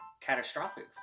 catastrophic